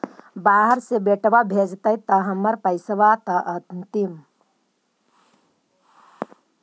बाहर से बेटा भेजतय त हमर पैसाबा त अंतिम?